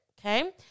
okay